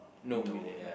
no we didn't